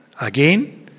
again